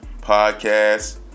podcast